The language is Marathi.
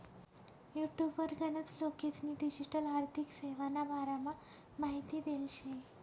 युटुबवर गनच लोकेस्नी डिजीटल आर्थिक सेवाना बारामा माहिती देल शे